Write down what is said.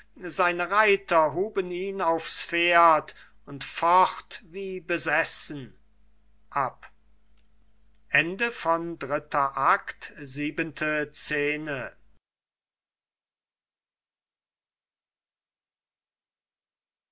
seine reiter huben ihn aufs pferd und fort wie besessen